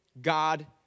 God